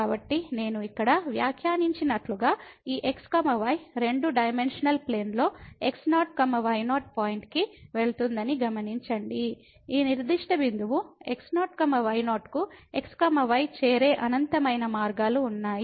కాబట్టి నేను ఇక్కడ వ్యాఖ్యానించినట్లుగా ఈ x y రెండు డైమెన్షనల్ ప్లేన్లో x0 y0 పాయింట్కి వెళుతుందని గమనించండి ఈ నిర్దిష్ట బిందువు x0 y0 కు x y చేరే అనంతమైన మార్గాలు ఉన్నాయి